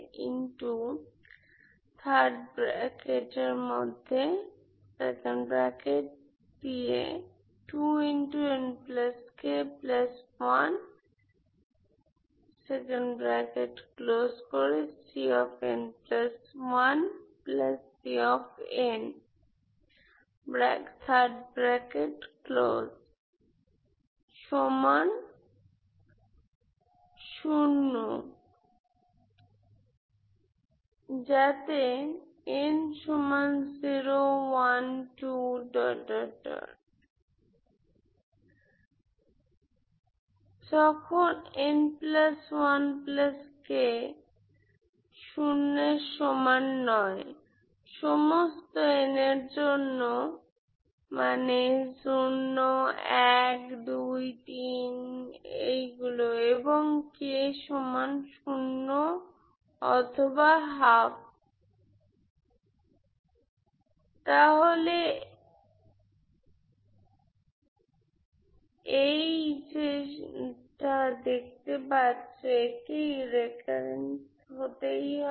এটা থেকে পাব যখন তাহলে কে পুনরাবৃত্ত হতেই হবে